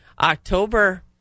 October